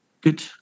good